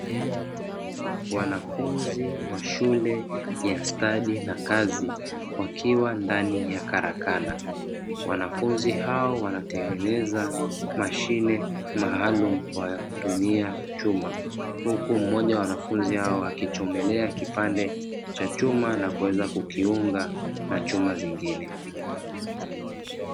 Wanafunzi wa shule ya stadi na kazi, wakiwa ndani ya karakana. Wanafunzi hao wanatengeneza mashine maalumu kwa kutumia chuma, huku mmoja wa wanafunzi hao akichomelea kipande cha chuma na kuweza kukiunga na chuma kingine.